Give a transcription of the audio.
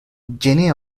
genie